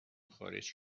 خارج